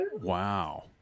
Wow